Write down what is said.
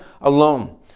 alone